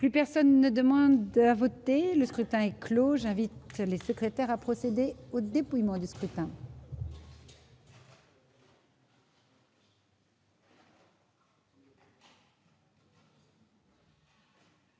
Plus personne ne demandera voter le scrutin clos invite les secrétaires à procéder au dépouillement du scrutin.